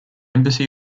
embassy